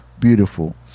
beautiful